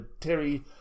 Terry